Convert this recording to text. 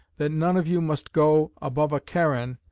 that none of you must go above a karan,